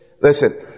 listen